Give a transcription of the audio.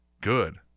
good